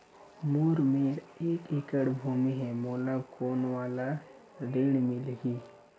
मोर मेर एक एकड़ भुमि हे मोला कोन वाला ऋण मिलही?